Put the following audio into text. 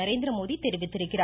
நரேந்திரமோதி தெரிவித்திருக்கிறார்